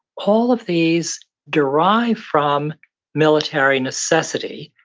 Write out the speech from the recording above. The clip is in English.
all of these derive from military necessity.